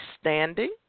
standing